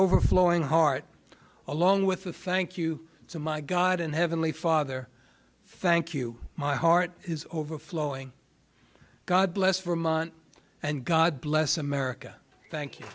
overflowing heart along with a thank you to my god and heavenly father thank you my heart is overflowing god bless vermont and god bless america thank you